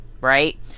right